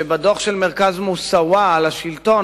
שבדוח של מרכז "מוסאוא" על השלטון,